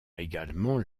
également